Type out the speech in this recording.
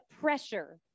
pressure